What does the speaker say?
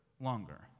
longer